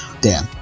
Dan